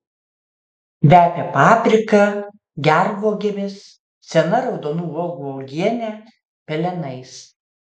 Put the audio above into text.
kvepia paprika gervuogėmis sena raudonų uogų uogiene pelenais